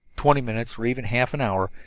twenty minutes or even half an hour,